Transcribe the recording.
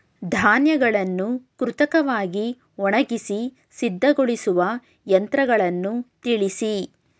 ಧಾನ್ಯಗಳನ್ನು ಕೃತಕವಾಗಿ ಒಣಗಿಸಿ ಸಿದ್ದಗೊಳಿಸುವ ಯಂತ್ರಗಳನ್ನು ತಿಳಿಸಿ?